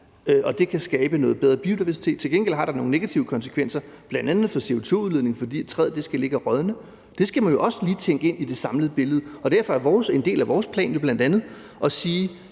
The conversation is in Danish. at det kan skabe noget bedre biodiversitet, men til gengæld har det nogle negative konsekvenser, bl.a. for CO2-udledningen, fordi træet skal ligge og rådne. Det skal man jo også lige tænke ind i det samlede billede. Og derfor er en del af vores plan bl.a. at sige,